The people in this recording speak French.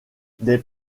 des